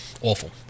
awful